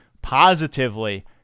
positively